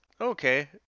okay